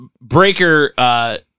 Breaker